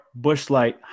Bushlight